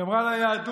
שמרה על היהדות,